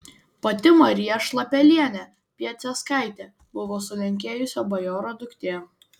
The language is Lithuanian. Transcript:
pati marija šlapelienė piaseckaitė buvo sulenkėjusio bajoro duktė